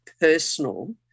personal